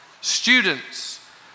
students